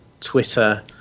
Twitter